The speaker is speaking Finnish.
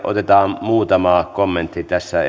otetaan muutama kommentti tässä